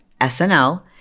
SNL